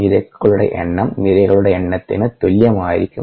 നിരക്കുകളുടെ എണ്ണം നിരകളുടെ എണ്ണത്തിന് തുല്യമായിരിക്കും